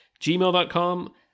gmail.com